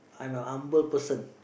I'm a humble person